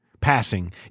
passing